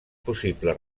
possible